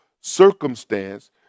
circumstance